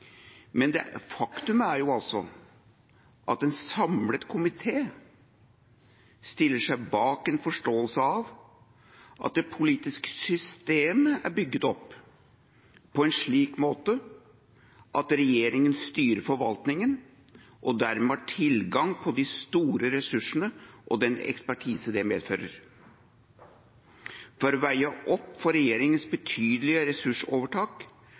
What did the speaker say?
faktum er altså at en samlet komité stiller seg bak en forståelse av at det politiske systemet er bygget opp på en slik måte at regjeringa styrer forvaltninga og dermed har tilgang på de store ressursene og den ekspertise det medfører. For å veie opp for regjeringas betydelige ressursovertak